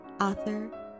Author